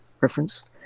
referenced